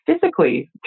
physically